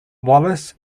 wallace